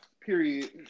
Period